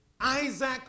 Isaac